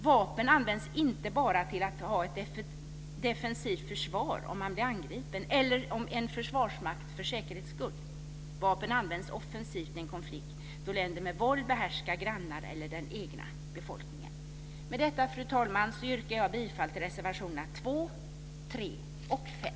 Vapen används inte bara till att ha ett defensivt försvar om man blir angripen, eller av en försvarsmakt för säkerhets skull. Vapen används offensivt i konflikter då länder med våld behärskar grannar eller den egna befolkningen. Med detta, fru talman, yrkar jag bifall till reservationerna 2, 3 och 5.